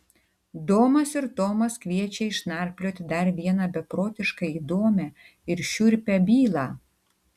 domas ir tomas kviečia išnarplioti dar vieną beprotiškai įdomią ir šiurpią bylą